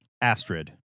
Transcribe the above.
Astrid